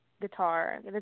guitar